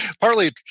partly